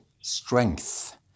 strength